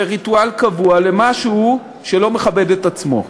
לריטואל, למשהו שלא מכבד את עצמו.